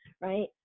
right